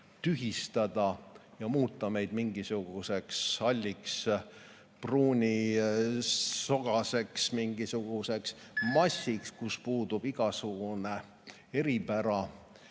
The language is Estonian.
tühistada ja muuta meid mingisuguseks halliks pruunisogaseks massiks, kus puudub igasugune eripära